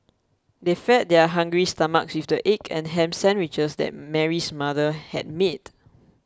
they fed their hungry stomachs with the egg and ham sandwiches that Mary's mother had made